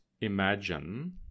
imagine